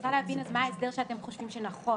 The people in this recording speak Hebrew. רוצה להבין מה ההסדר שאתם חושבים שנכון.